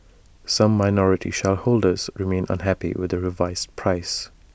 some minority shareholders remain unhappy with the revised price